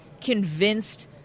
convinced